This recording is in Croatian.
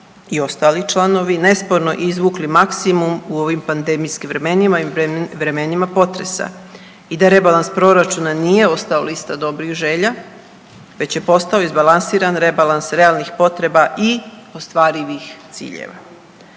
i ostali članovi, nesporno izvukli maksimum u ovim pandemijskim vremenima i vremenima potresa i da rebalans proračuna nije ostao lista dobrih želja, već je postao izbalansiran rebalans realnih potreba i ostvarivih ciljeva.